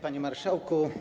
Panie Marszałku!